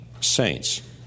saints